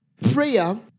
prayer